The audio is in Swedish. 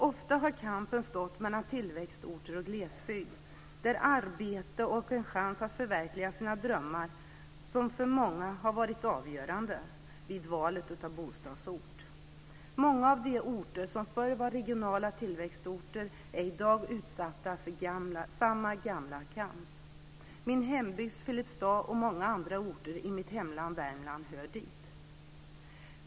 Ofta har kampen stått mellan tillväxtorter och glesbygd, där arbete och en chans att förverkliga sina drömmar för många har varit avgörande vid valet av bostadsort. Många av de orter som förr var regionala tillväxtorter är i dag utsatta för samma gamla kamp. Min hembygd Filipstad och många andra orter i mitt hemlän Värmland hör dit.